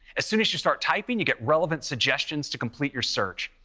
as soon as you start typing, you get relevant suggestions to complete your search.